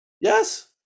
Yes